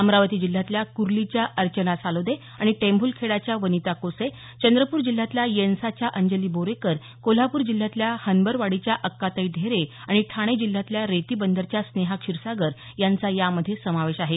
अमरावती जिल्ह्यातल्या कुरलीच्या अर्चना सालोदे आणि टेंभुलखेडाच्या वनिता कोसे चंद्रपूर जिल्ह्यातल्या येनसाच्या अंजली बोरेकर कोल्हापूर जिल्ह्यातल्या हनबरवाडीच्या अक्काताई ढेरे आणि ठाणे जिल्ह्यातल्या रेतीबंदरच्या स्नेहा क्षीरसागर यांचा यामध्ये समावेश आहे